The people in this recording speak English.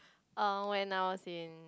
uh when I was in